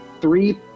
three